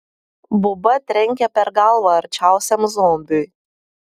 buba trenkė per galvą arčiausiam zombiui